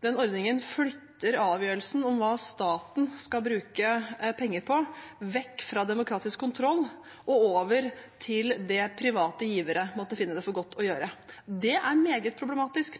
den ordningen flytter avgjørelsen om hva staten skal bruke penger på, vekk fra demokratisk kontroll og over til det private givere måtte finne det for godt å gjøre. Det er meget problematisk.